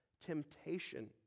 temptation